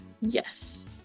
Yes